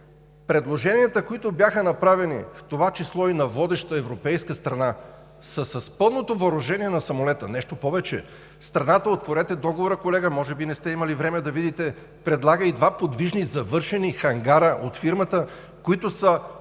Предложенията, които бяха направени, в това число и на водеща европейска страна, са с пълното въоръжение на самолета. Нещо повече, страната – отворете договора, колега, може би не сте имали време, за да видите – предлага и два подвижни завършени хангара от фирмата, които са